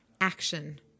action